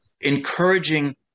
encouraging